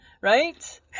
right